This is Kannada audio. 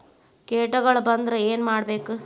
ಕೇಟಗಳ ಬಂದ್ರ ಏನ್ ಮಾಡ್ಬೇಕ್?